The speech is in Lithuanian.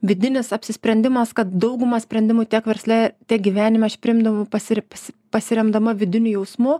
vidinis apsisprendimas kad daugumą sprendimų tiek versle tiek gyvenime aš priimdavau pasiri pasi pasiremdama vidiniu jausmu